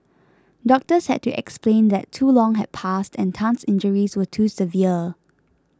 doctors had to explain that too long had passed and Tan's injuries were too severe